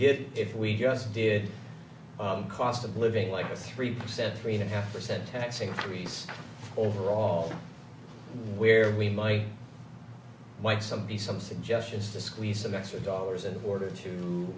get if we just did the cost of living like a three percent rate a half percent tax increase overall where we might white somebody some suggestions to squeeze some extra dollars in order to